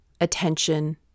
attention